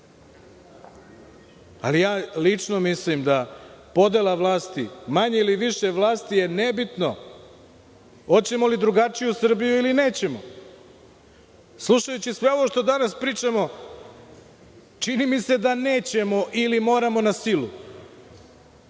Lično mislim da podela vlasti, manje ili više vlasti je nebitno, hoćemo li drugačiju Srbiju ili nećemo. Slušajući sve ovo što danas pričamo čini mi se da nećemo ili moramo na silu.